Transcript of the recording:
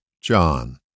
John